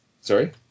Sorry